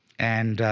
and